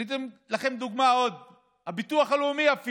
אני אתן לכם עוד דוגמה: אפילו הביטוח הלאומי,